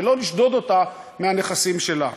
ולא לשדוד אותה מהנכסים שלה.